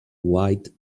white